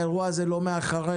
האירוע הזה לא מאחורינו,